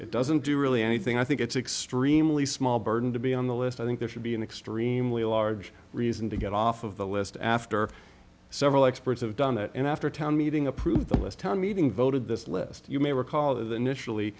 it doesn't do really anything i think it's extremely small burden to be on the list i think there should be an extremely large reason to get off of the list after several experts have done it and after a town meeting approved the list town meeting voted this list you may recall than initially